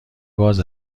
باز